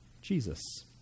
Jesus